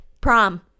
Prom